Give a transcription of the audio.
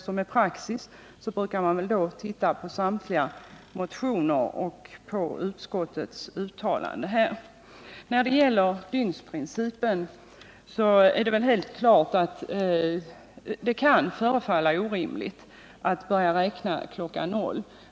Och enligt praxis brukar man i sådana sammanhang titta på samtliga motioner och utskottets uttalanden. När det gäller dygnsprincipen vill jag säga att det kan förefalla orimligt att börja räkna kl. 00.00.